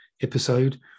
episode